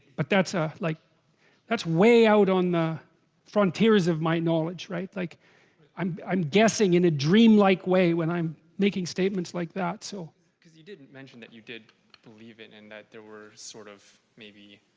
but that's a like that's way out on the frontiers of my knowledge right like i'm i'm guessing in a dreamlike way when i'm making? statements like so because he didn't mention that you did believe in and that there were sort of maybe